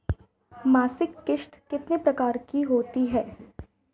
मासिक किश्त कितने प्रकार की होती है?